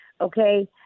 okay